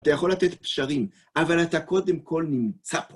אתה יכול לתת פשרים, אבל אתה קודם כל נמצא פה.